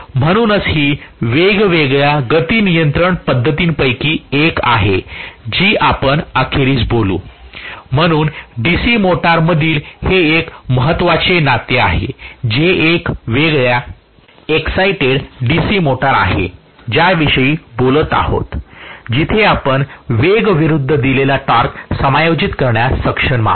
म्हणूनच ही वेगवेगळ्या गती नियंत्रण पध्दतींपैकी एक आहे जी आपण अखेरीस बोलू म्हणून DC मोटरमधील हे एक महत्त्वाचे नाते आहे जे एक वेगळ्या एक्साईटेड DC मोटर आहे ज्या विषयी बोलत आहोत जिथे आपण वेग विरूद्ध दिलेला टॉर्क समायोजित करण्यास सक्षम आहोत